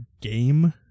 game